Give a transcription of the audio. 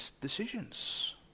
decisions